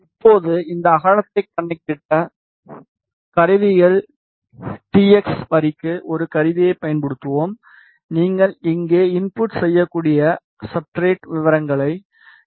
இப்போது இந்த அகலத்தைக் கணக்கிட கருவிகள் டீ எக்ஸ் வரிக்கு ஒரு கருவியைப் பயன்படுத்துவோம் நீங்கள் இங்கே இன்புட் செய்யக்கூடிய சப்ஸ்ட்ரட் விவரங்கள் 2